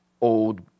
old